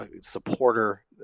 supporter